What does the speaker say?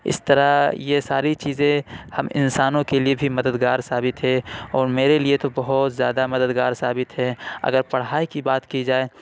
اِس طرح یہ ساری چیزیں ہم انسانوں کے لیے بھی مددگار ثابت ہے اور میرے لیے تو بہت زیادہ مددگار ثابت ہے اگر پڑھائی کی بات کی جائے